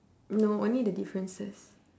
no only the differences